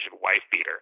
wife-beater